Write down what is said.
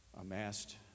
amassed